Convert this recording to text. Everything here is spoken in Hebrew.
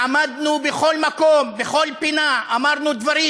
עמדנו בכל מקום, בכל פינה, אמרנו דברים